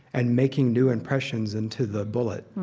and making new impressions into the bullet.